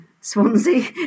Swansea